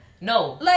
No